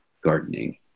Gardening